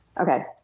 Okay